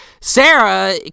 Sarah